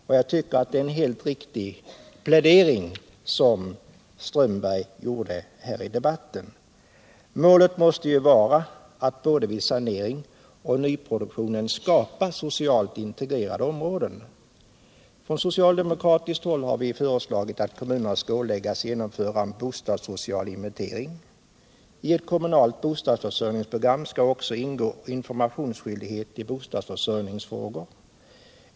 och jag tycker att hans plädering här i debatten var helt riktig. Målet måste ju vara att både vid sanering och vid nyproduktion skapa socialt integrerade områden. Från socialdemokratiskt håll har vi föreslagit att kommunerna skall åläggas alt genomföra en bostadssocial inventering. I eu kommunalt försörjningsprogram skall också ingå informationsskyldighet i bostadsförsörjningsfrågor.